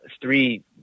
three